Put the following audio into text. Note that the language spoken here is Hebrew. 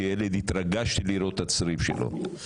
כילד, התרגשתי לראות את הצריף שלו.